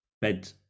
bed